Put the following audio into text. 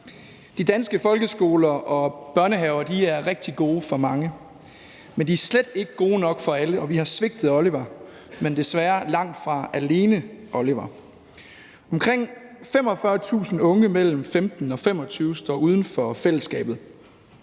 De danske folkeskoler og børnehaver er rigtig gode for mange, men de er slet ikke gode nok for alle, og vi har svigtet Oliver, men desværre langtfra Oliver alene. Omkring 45.000 unge mellem 15 og 25 år står uden for fællesskabet,